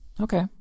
Okay